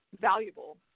valuable